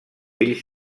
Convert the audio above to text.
ell